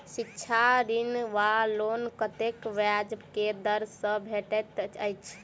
शिक्षा ऋण वा लोन कतेक ब्याज केँ दर सँ भेटैत अछि?